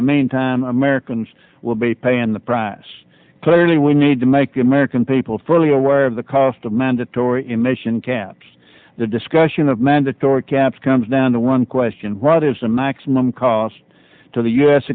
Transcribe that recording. the meantime americans will be paying the price clearly we need to make the american people fully aware of the cost of mandatory emission camps the discussion of mandatory caps comes down to one question what is the maximum cost to the u